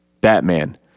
batman